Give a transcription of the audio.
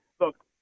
look